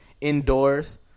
indoors